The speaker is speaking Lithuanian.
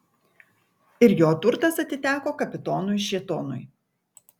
ir jo turtas atiteko kapitonui šėtonui